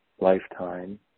lifetime